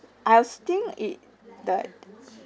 I'll think it the